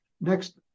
next